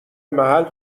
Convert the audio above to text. محل